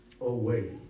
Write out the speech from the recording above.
away